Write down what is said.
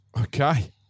Okay